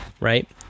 right